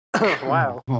Wow